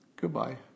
Goodbye